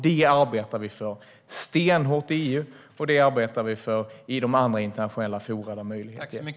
Det arbetar vi stenhårt för i EU och i andra internationella forum där möjlighet ges.